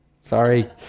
Sorry